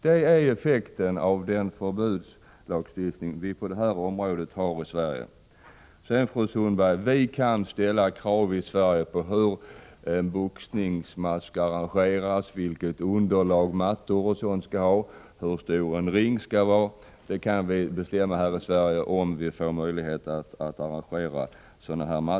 Det är effekten av den förbudslagstiftning vi på det här området har i Sverige. Sedan vill jag säga till fru Sundberg att om vi får möjlighet att arrangera sådana här matcher i Sverige kan vi bestämma hur en boxningsmatch skall arrangeras, vilket underlag mattor osv. skall ha, hur stor en ring skall vara.